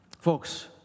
Folks